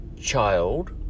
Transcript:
child